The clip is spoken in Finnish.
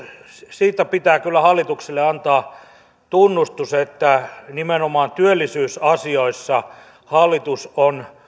siitä pitää kyllä hallitukselle antaa tunnustus että nimenomaan työllisyysasioissa hallitus on